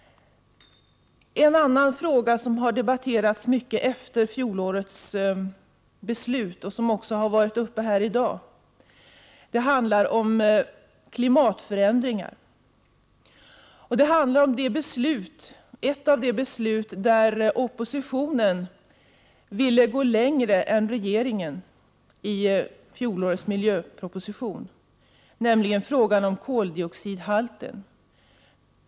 En annan fråga som har debatterats mycket efter fjolårets beslut och som har varit uppe här i dag handlar om klimatförändringar, ett beslut där oppositionen ville gå längre än regeringen i fjolårets miljöproposition om koldioxidhalter.